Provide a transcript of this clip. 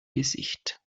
gesicht